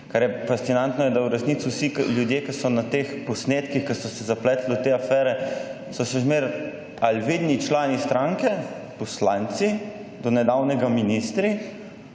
kar je fascinantno, da v resnici vsi ljudje, ki so na teh posnetkih, ki so se zapletli v te afere ali so še zmeraj vidni člani stranke, poslanci, do nedavnega ministra